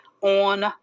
on